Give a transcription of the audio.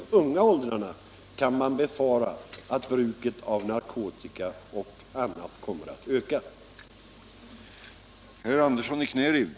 Man kan befara att bruket av narkotika och annat kommer att öka även i de unga åldrarna.